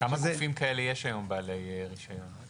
כמה בעלי רישיון כזה יש היום?